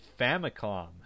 Famicom